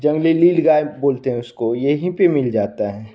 जंगली नीलगाय बोलते हैं उसको यहीं पर मिल जाता है